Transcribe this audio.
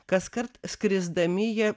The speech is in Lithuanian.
kaskart skrisdami jie